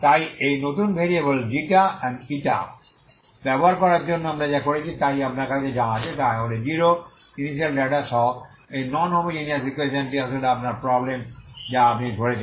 তাই এই নতুন ভেরিয়েবল এবং ব্যবহার করার জন্য আমরা যা করেছি তাই আপনার কাছে যা আছে তা হল জিরো ইনিশিয়াল ডেটা সহ এই নন হোমোজেনিয়াস ইকুয়েশনটি আসলে আপনার প্রবলেম যা আপনি ধরেছেন